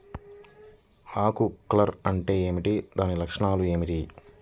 ఆకు కర్ల్ అంటే ఏమిటి? దాని లక్షణాలు ఏమిటి?